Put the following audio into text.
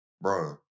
bro